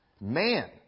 Man